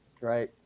right